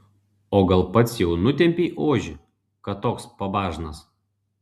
o gal pats jau nutempei ožį kad toks pabažnas